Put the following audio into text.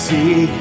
See